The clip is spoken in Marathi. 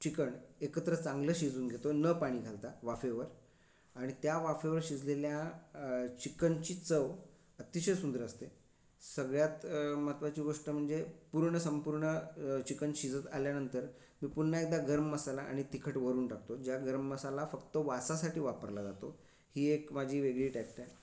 चिकन एकत्र चांगलं शिजवून घेतो न पाणी घालता वाफेवर आणि त्या वाफेवर शिजलेल्या अ चिकनची चव अतिशय सुंदर असते सगळ्यात महत्त्वाची गोष्ट म्हणजे पूर्ण संपूर्ण चिकन शिजत आल्यानंतर मी पुन्हा एकदा गरम मसाला आणि तिखट वरून टाकतो ज्या गरम मसाला फक्त वासासाठी वापरला जातो ही एक माझी वेगळी टॅक्ट आहे